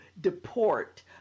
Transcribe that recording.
deport